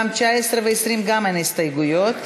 גם 19 ו-20, אין הסתייגויות.